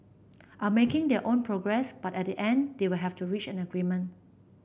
are making their own progress but at the end they will have to reach an agreement